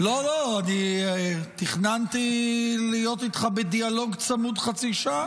לא, אני תכננתי להיות איתך בדיאלוג צמוד חצי שעה.